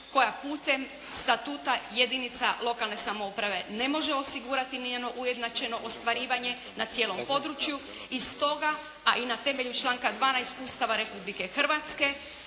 koja putem statuta jedinica lokalne samouprave ne može osigurati njeno ujednačeno ostvarivanje na cijelom području i stoga, a i na temelju članka 12. Ustava Republike Hrvatske